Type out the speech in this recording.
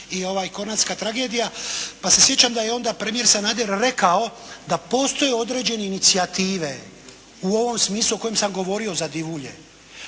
i kornatska tragedija, pa se sjećam da je onda premijer Sanader rekao da postoje određene inicijative u ovom smislu u kojem sam govorio za Divulje.